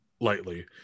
lightly